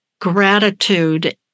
gratitude